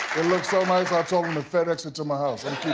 it looked so nice, i told them to fedex it to my house, i'm